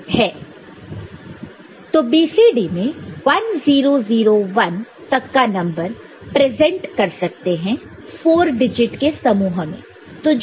तो BCD में 1 0 0 1 तक का नंबर प्रेजेंट कर सकते हैं 4 डिजिट के समूह ग्रुप group में